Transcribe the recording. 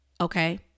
okay